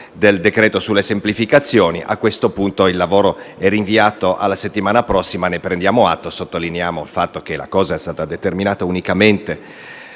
del decreto-legge sulle semplificazioni. A questo punto il lavoro è rinviato alla settimana prossima; ne prendiamo atto sottolineando che ciò è stato determinato unicamente